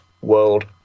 World